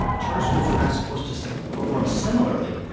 charter schools were not supposed to sort of perform similarly.